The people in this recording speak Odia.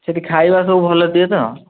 ସେଠି ଖାଇବା ସବୁ ଭଲ ଦିଏ ତ